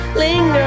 linger